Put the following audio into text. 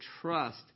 trust